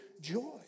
joy